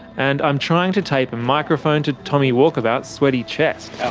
and i'm trying to tape a microphone to tommy walkabout's sweaty chest.